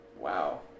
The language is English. Wow